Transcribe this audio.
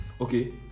Okay